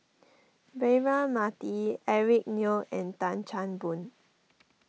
Braema Mathi Eric Neo and Tan Chan Boon